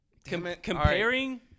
Comparing